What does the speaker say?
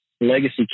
legacy